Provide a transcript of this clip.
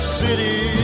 city